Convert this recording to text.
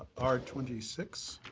r twenty six.